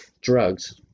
drugs